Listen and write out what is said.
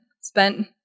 spent